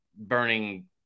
burning